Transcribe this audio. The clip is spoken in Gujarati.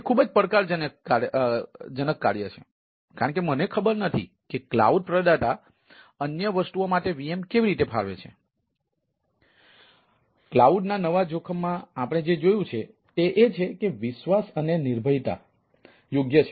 તેથી કલાઉડ માં નવા જોખમ માં આપણે જે જોયું છે તે એ છે કે વિશ્વાસ અને નિર્ભરતા યોગ્ય છે